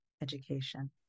education